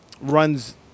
runs